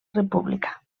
república